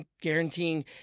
guaranteeing